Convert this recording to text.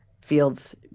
fields